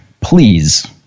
Please